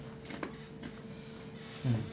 mm